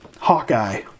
Hawkeye